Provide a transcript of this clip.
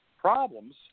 problems